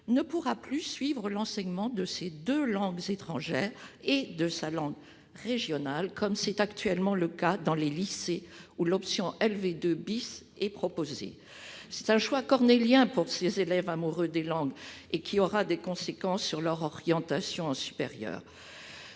ne pourra plus suivre l'enseignement de ses deux langues étrangères et de sa langue régionale, comme c'est le cas actuellement dans les lycées où l'option LV2 est proposée. C'est un choix cornélien pour les amoureux des langues, qui aura des conséquences sur leur orientation dans